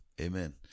amen